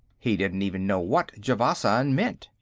he didn't even know what javasan meant.